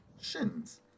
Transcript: shins